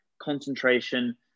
concentration